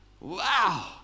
Wow